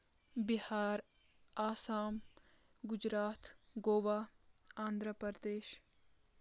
Bihar Assam Gujarat Goa Andhra Pradesh